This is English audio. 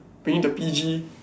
we need to P_G